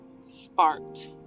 sparked